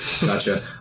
Gotcha